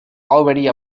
already